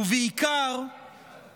ובעיקר עמוסי חוצפה ועזות